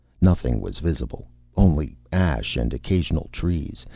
nothing was visible. only ash and occasional trees.